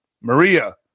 Maria